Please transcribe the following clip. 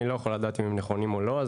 אני לא יכול לדעת אם הם נכונים או לא,